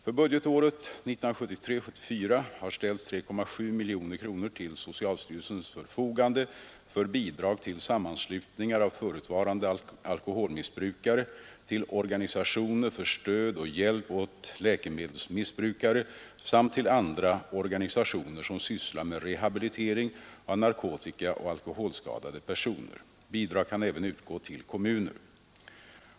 För budgetåret 1973/74 har ställts 3,7 miljoner kronor till socialstyrelsens förfogande för bidrag till sammanslutningar av förutvarande alkoholmissbrukare, till organisationer för stöd och hjälp åt läkemedels missbrukare samt till andra organisationer som sysslar med rehabilitering av narkotikaoch alkoholskadade personer. Bidrag kan även utgå till kommuner.